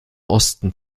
osten